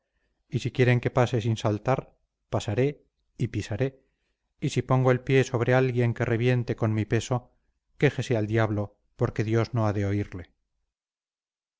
y si quieren que pase sin saltar pasaré y pisaré y si pongo el pie sobre alguien que reviente con mi peso quéjese al diablo porque dios no ha de oírle